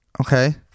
Okay